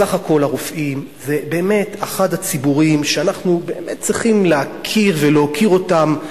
בסך הכול הרופאים זה ציבור שאנחנו צריכים להכיר ולהוקיר אותם.